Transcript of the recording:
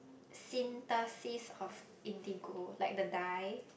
synthesis of indigo like the dye